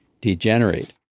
degenerate